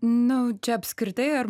nu čia apskritai ar